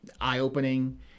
eye-opening